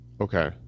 Okay